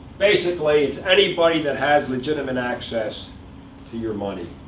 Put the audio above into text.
basically, it's anybody that has legitimate access to your money,